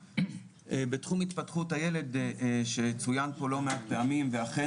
בתחום התפתחות הילד שצוין פה לא מעט פעמים ואכן